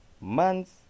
Months